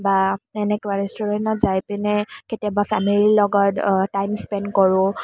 বা তেনেকুৱা ৰেষ্টুৰেণ্টত যাই পিনে কেতিয়াবা ফেমিলিৰ লগত টাইম স্পেণ্ড কৰোঁ